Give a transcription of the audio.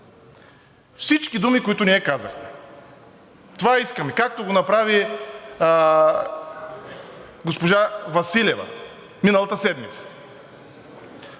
тези думи, които ние казахме. Това искаме – както го направи госпожа Василева миналата седмица.